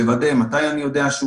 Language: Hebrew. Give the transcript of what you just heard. לוודא מתי אני יודע שהוא